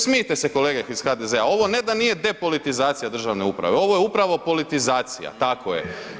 Smijte se kolege iz HDZ-a, ovo ne da nije depolitizacija državne uprave ovo je upravo politizacija tako je.